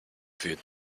food